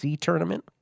tournament